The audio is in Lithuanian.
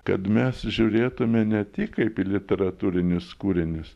kad mes žiūrėtume ne tik kaip į literatūrinius kūrinius